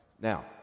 Now